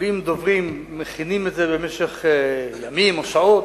עולים דוברים, מכינים את זה במשך ימים או שעות,